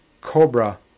cobra